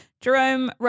Jerome